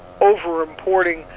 over-importing